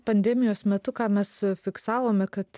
pandemijos metu ką mes fiksavome kad